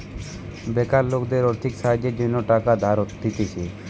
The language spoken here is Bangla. বেকার লোকদের আর্থিক সাহায্যের জন্য টাকা ধার দিতেছে